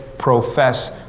profess